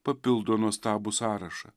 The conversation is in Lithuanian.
papildo nuostabų sąrašą